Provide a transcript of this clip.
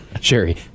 Sherry